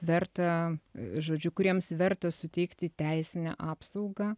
verta žodžiu kuriems verta suteikti teisinę apsaugą